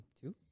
two